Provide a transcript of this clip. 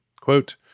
Quote